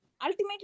ultimately